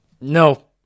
No